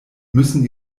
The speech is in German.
müssen